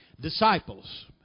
Disciples